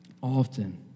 often